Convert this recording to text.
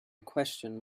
questioned